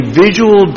visual